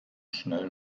schnell